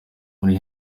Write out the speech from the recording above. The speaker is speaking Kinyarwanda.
muri